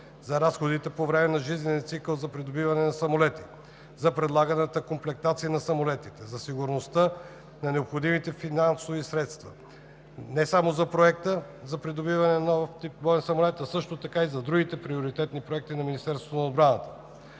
за разходите по време на жизнения цикъл на придобиваните самолети; за предлаганата комплектацията на самолетите; за осигуреността на необходимите финансови средства не само за Проекта за придобиване на нов тип боен самолет, а така също и за другите приоритетни проекти на Министерството на отбраната.